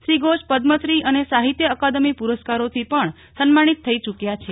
શ્રી ઘોષ પદ્મશ્રી અને સાહિત્ય અકાદમી પુરસ્કારોથી પણ સન્માનીત થઇ ચૂક્યા છે